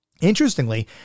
Interestingly